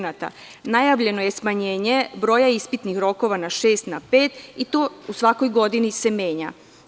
Najavljeno je smanjenje broja ispitnih rokova sa šest na pet i to u svakoj godini se menja.